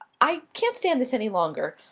i can't stand this any longer.